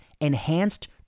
enhanced